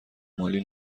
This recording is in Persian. مالی